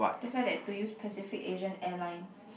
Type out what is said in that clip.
that's why they have to use Pacific Asian Airlines